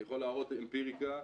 אני יכול להראות אמפיריקה,